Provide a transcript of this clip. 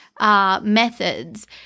methods